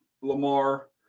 Lamar